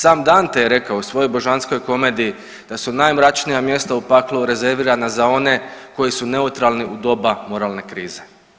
Sam Dante je rekao u svojoj Božanskoj komediji da su najmračnija mjesta u paklu rezervirana za one koji su neutralni u doba moralne krize.